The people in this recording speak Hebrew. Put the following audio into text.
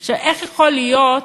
איך יכול להיות,